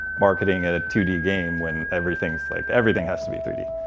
marketing and a two d game, when everything's like everything has to be three d.